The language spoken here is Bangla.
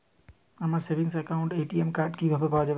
আমার সেভিংস অ্যাকাউন্টের এ.টি.এম কার্ড কিভাবে পাওয়া যাবে?